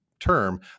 term